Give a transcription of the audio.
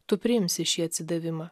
tu priimsi šį atsidavimą